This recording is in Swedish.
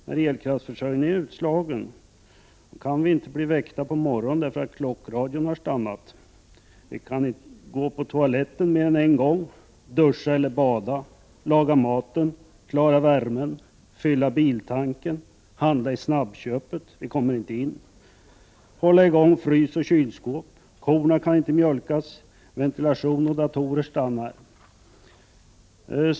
När elkraftsförsörjningen är utslagen kan vi inte bli väckta på morgonen därför att klockradion har stannat, gå på toaletten mer än en gång, klara värmen, handla i snabbköpet — vi kommer inte in, hålla i gång frys och kylskåp. Ventilation och datorer stannar.